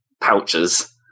pouches